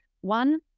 one